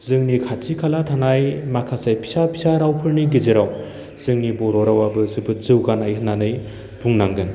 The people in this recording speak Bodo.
जोंनि खाथि खाला थानाय माखासे फिसा फिसा रावफोरनि गेजेराव जोंनि बर' रावाबो जोबोद जौगानाय होन्नानै बुंनांगोन